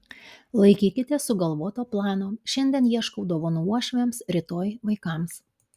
laikykitės sugalvoto plano šiandien ieškau dovanų uošviams rytoj vaikams